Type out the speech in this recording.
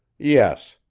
yes.